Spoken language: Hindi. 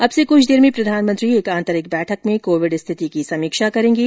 अब से क्छ देर में प्रधानमंत्री एक आंतरिक बैठक में कोविड स्थिति की समीक्षा करेंगे